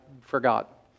forgot